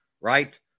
right